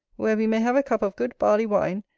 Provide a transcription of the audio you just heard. where we may have a cup of good barley wine,